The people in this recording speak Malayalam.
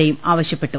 എ യും ആവശ്യപ്പെട്ടു